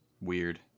Weird